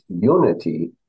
unity